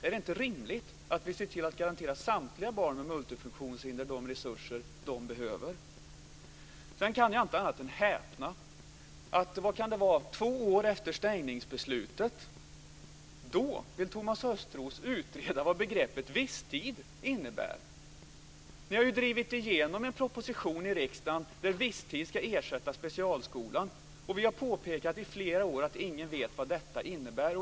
Är det inte rimligt att vi ser till att garantera samtliga barn med multifunktionshinder de resurser de behöver? Sedan kan jag inte annat än häpna: Två år efter stängningsbeslutet vill Thomas Östros utreda vad begreppet visstid innebär. Ni har ju drivit igenom en proposition i riksdagen där visstid ska ersätta specialskolan, och vi har påpekat i flera år att ingen vet vad detta innebär.